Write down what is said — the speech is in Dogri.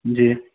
जी